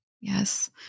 Yes